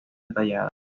detallada